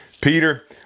Peter